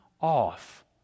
off